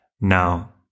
Now